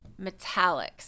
metallics